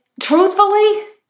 truthfully